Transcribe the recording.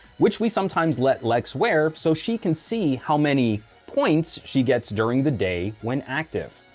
which we sometimes let lex wear so she can see how many points she gets during the day when active.